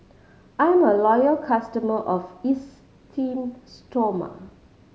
I'm a loyal customer of Esteem Stoma